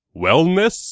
wellness